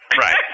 Right